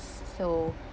so